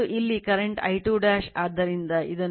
ಮತ್ತು ಇಲ್ಲಿ current ದ mmf ಅಂದರೆ N2 N2 I2